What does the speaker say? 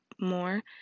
more